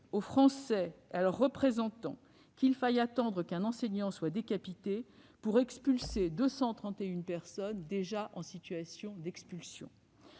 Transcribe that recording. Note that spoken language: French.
aux Français et à leurs représentants qu'il faille attendre qu'un enseignant soit décapité pour expulser 231 personnes déjà en situation d'expulsion